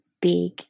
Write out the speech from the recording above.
big